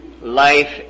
Life